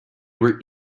were